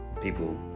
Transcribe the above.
people